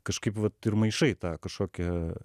kažkaip vat ir maišai tą kažkokią